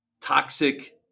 toxic